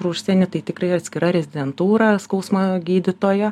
ir užsienyje tai tikrai atskira rezidentūra skausmo gydytojo